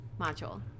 module